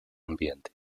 ambiente